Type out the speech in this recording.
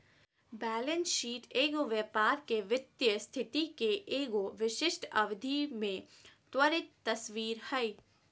balance sheet एगो व्यापार के वित्तीय स्थिति के एगो विशिष्ट अवधि में त्वरित तस्वीर हइ